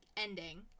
Ending